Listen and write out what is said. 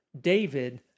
David